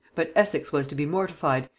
but essex was to be mortified,